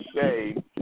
say